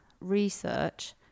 research